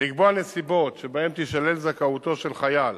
לקבוע נסיבות שבהן תישלל זכאותו של חייל